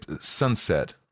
sunset